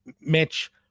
Mitch